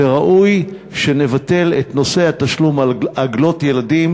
וראוי שנבטל את התשלום על עגלות ילדים